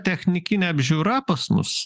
technikinė apžiūra pas mus